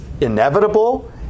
inevitable